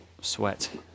sweat